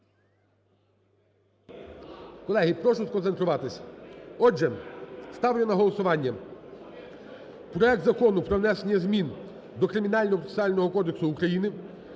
Колеги, прошу сконцентруватися. Отже ставлю на голосування проект Закону про внесення змін до Кримінального процесуального кодексу України